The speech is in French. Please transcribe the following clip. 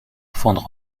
fondre